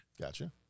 Gotcha